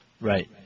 Right